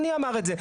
אדוני אמר את זה.